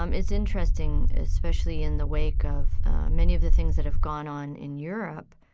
um it's interesting especially in the wake of many of the things that have gone on in europe,